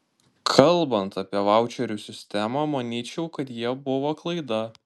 kalbant apie vaučerių sistemą manyčiau kad jie buvo klaida